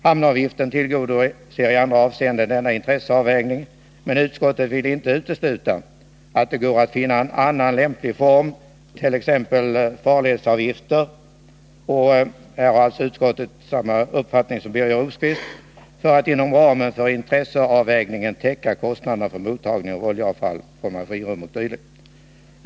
Hamnavgiften tillgodoser i andra avseenden denna intresseavvägning, men utskottet vill inte utesluta att det går att finna en annan lämplig form, t.ex. farledsavgift — och här har alltså utskottet samma uppfattning som Birger Rosqvist — för att inom ramen för intresseavvägningen täcka kostnaderna för mottagning av oljeavfall från maskinrum o. d.